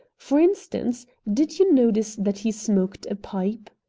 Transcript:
for instance, did you notice that he smoked a pipe?